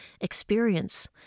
experience